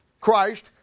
Christ